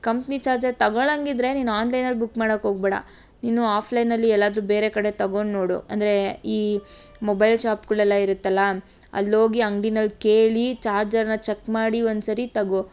company charger ತಗೊಳೋಂಗಿದ್ರೆ ನೀನು ಆನ್ಲೈನಲ್ಲಿ ಬುಕ್ ಮಾಡೋಕ್ ಹೋಗ್ಬೇಡ ನೀನು ಆಫ್ಲೈನಲ್ಲಿ ಎಲ್ಲದರೂ ಬೇರೆ ಕಡೆ ತಗೊಂಡು ನೋಡು ಅಂದರೆ ಈ ಮೊಬೈಲ್ ಶಾಪ್ಗಳೆಲ್ಲ ಇರುತ್ತಲ್ಲ ಅಲ್ಹೋಗಿ ಅಂಗ್ಡಿಯಲ್ ಕೇಳಿ ಚಾರ್ಜರನ್ನು ಚಕ್ ಮಾಡಿ ಒಂದು ಸರಿ ತಗೋ